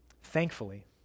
Thankfully